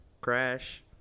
crash